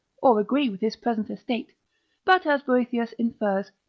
or agree with his present estate but as boethius infers,